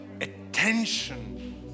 attention